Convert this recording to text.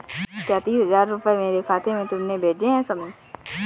क्या तीस हजार रूपए मेरे खाते में तुमने भेजे है शमी?